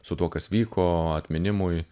su tuo kas vyko atminimui